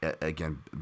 again